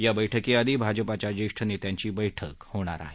या बैठकीआधी भाजपाच्या ज्येष्ठ नेत्यांची बैठक होणार आहे